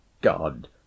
god